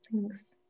Thanks